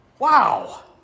Wow